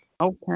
Okay